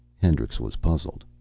hendricks was puzzled.